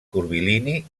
curvilini